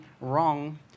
wrong